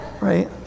Right